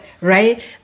Right